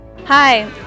Hi